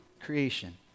creation